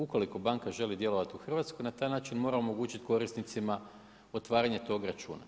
Ukoliko banka želi djelovati u Hrvatskoj na taj način mora omogućiti korisnicima otvaranje tog računa.